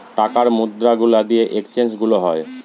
টাকার মুদ্রা গুলা দিয়ে এক্সচেঞ্জ গুলো হয়